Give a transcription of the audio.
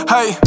Hey